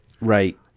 Right